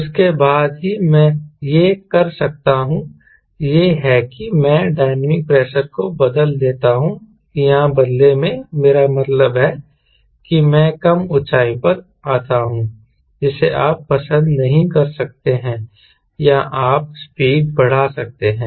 उसके बाद ही मैं यह कर सकता हूं यह है कि मैं डायनामिक प्रेशर को बदल देता हूं या बदले में मेरा मतलब है कि मैं कम ऊंचाई पर आता हूं जिसे आप पसंद नहीं कर सकते हैं या आप स्पीड बढ़ा सकते हैं